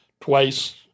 twice